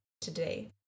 today